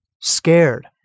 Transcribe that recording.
scared